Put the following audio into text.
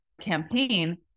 campaign